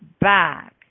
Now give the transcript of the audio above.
back